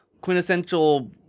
quintessential